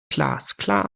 glasklar